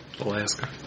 Alaska